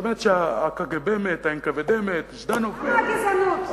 באמת, הקג"ב מת, הנקו"ד מת, למה הגזענות?